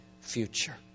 future